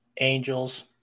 Angels